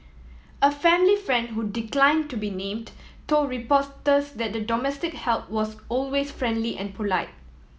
a family friend who declined to be named told reporters that the domestic help was always friendly and polite